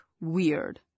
weird